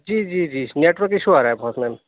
جی جی جی network issue آ رہا ہے بہت میم